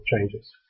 changes